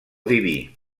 diví